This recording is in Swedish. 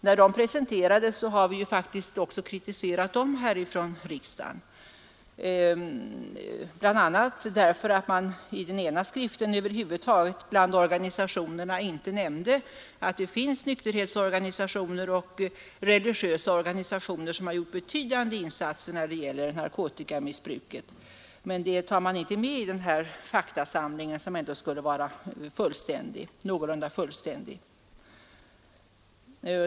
När de presenterades kritiserade vi dem faktiskt här i riksdagen, bl.a. därför att man i den ena skriften bland organisationerna över huvud taget inte nämnde att det finns nykterhetsorganisationer och religiösa organisationer som har gjort betydande insatser när det gäller narkotikamissbruket — och ändå skulle den här faktasamlingen vara någorlunda fullständig.